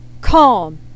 calm